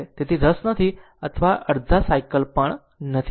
તેથી તે રસ નથી અથવા અડધા સાયકલ પણ નથી